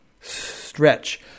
stretch